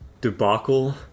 debacle